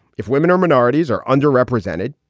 if women or minorities are underrepresented,